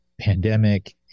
pandemic